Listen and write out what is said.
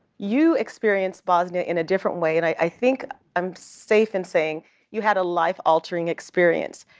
you experienced bosnia in a different way, and i think i'm safe in saying you had a life-altering experience.